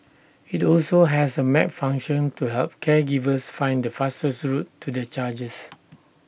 IT also has A map function to help caregivers find the fastest route to their charges